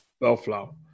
Bellflower